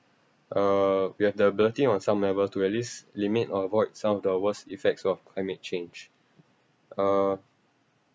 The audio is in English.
uh we have the ability on some level to at least limit or avoid some of the worst effects of climate change uh